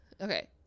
Okay